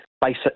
basic